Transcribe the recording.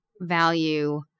value